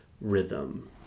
rhythm